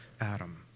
Adam